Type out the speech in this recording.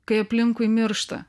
kai aplinkui miršta